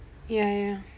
ya ya